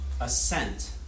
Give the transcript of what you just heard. assent